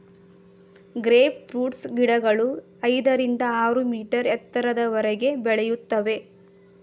grape fruits ಗಿಡಗಳು ಐದರಿಂದ ಆರು ಮೀಟರ್ ಎತ್ತರದವರೆಗೆ ಬೆಳೆಯುತ್ತವೆ